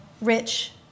rich